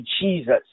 Jesus